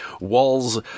walls